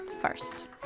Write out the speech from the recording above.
first